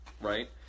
right